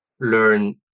learn